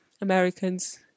Americans